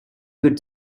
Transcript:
good